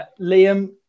Liam